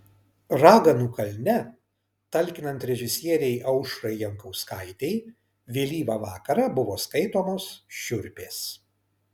raganų kalne talkinant režisierei aušrai jankauskaitei vėlyvą vakarą buvo skaitomos šiurpės